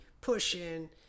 push-in